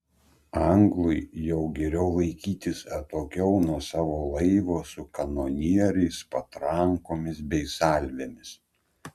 anglui jau geriau laikytis atokiau nuo savo laivo su kanonieriais patrankomis bei salvėmis